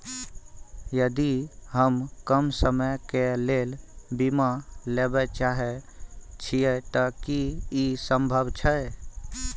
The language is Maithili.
यदि हम कम समय के लेल बीमा लेबे चाहे छिये त की इ संभव छै?